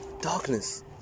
Darkness